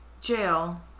jail